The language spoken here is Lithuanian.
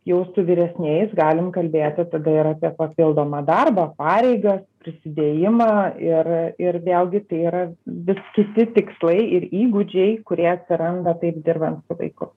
jau su vyresniais galim kalbėti tada ir apie papildomą darbą pareigas prisidėjimą ir ir vėlgi tai yra vis kiti tikslai ir įgūdžiai kurie atsiranda taip dirbant su vaiku